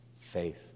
faith